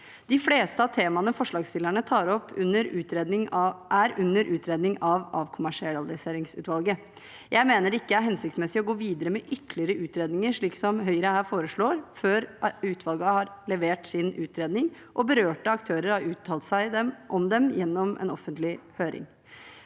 De fleste av temaene forslagsstillerne tar opp, er under utredning av avkommersialiseringsutvalget. Jeg mener det ikke er hensiktsmessig å gå videre med ytterligere utredninger, slik Høyre her foreslår, før utvalget har levert sin utredning og berørte aktører har uttalt seg om dem gjennom en offentlig høring.